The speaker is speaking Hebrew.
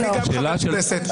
אני גם חבר כנסת.